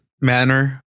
manner